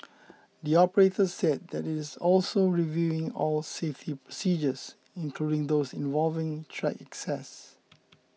the operator said it is also reviewing all safety procedures including those involving track access